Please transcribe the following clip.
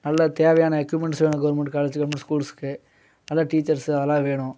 நல்ல தேவையான எக்யூப்மெண்ட்ஸ் வேணும் கவுர்மெண்ட் காலேஜ்ஜுக்கு கவுர்மெண்ட் ஸ்கூல்ஸுக்கு நல்ல டீச்சர்ஸு அதெல்லாம் வேணும்